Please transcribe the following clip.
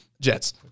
Jets